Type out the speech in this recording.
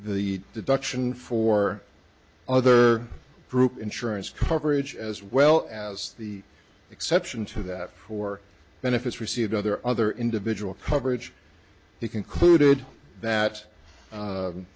the deduction for other group insurance coverage as well as the exception to that for benefits received other other individual coverage he concluded that